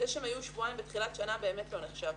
זה שהם היו שבועיים בתחילת השנה, באמת לא נחשב.